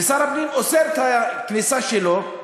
ושר הפנים אוסר את הכניסה שלו.